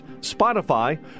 Spotify